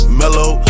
mellow